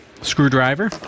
screwdriver